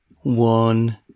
One